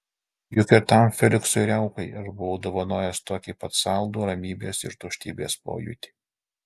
juk ir tam feliksui riaukai aš buvau dovanojęs tokį pat saldų ramybės ir tuštybės pojūtį